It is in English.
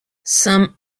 some